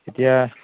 এতিয়া